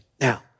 Now